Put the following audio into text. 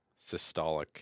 systolic